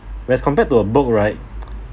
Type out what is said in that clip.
whereas compared to a book right